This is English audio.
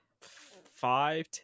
five